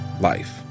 life